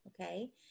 okay